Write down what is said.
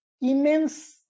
immense